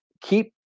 keep